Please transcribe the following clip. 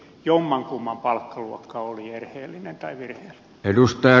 jommankumman palkkaluokka oli virheellinen